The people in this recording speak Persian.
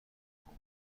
کمکت